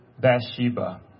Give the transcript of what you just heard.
Bathsheba